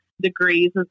degrees